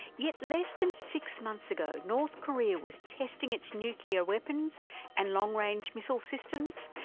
yet less than six months ago, north korea was testing its nuclear weapons and long-range missile systems,